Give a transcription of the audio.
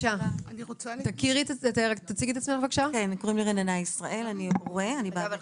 שמי רננה ישראל, אני כאן כהורה.